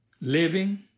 living